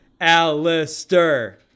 Alistair